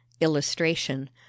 Illustration